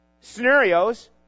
scenarios